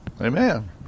Amen